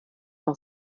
noch